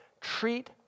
treat